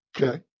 Okay